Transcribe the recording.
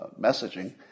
messaging